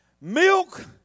Milk